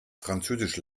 französisch